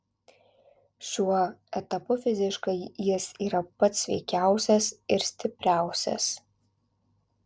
šiuo etapu fiziškai jis yra pats sveikiausias ir stipriausias